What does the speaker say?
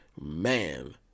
Man